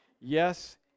Yes